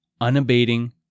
Unabating